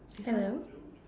hello